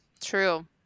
true